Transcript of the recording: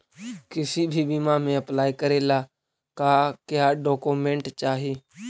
किसी भी बीमा में अप्लाई करे ला का क्या डॉक्यूमेंट चाही?